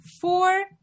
four